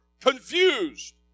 confused